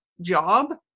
job